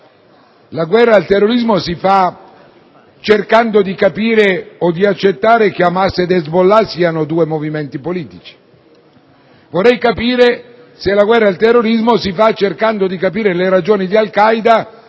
la guerra al terrorismo si fa cercando di capire o di accettare che Hamas ed Hezbollah siano due movimenti politici. Vorrei capire se la guerra al terrorismo si fa cercando di capire le ragioni di Al Qaeda,